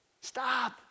Stop